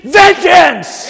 vengeance